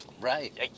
Right